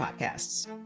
podcasts